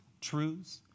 truths